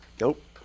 Nope